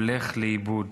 הולכים לאיבוד